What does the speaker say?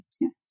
yes